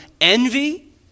envy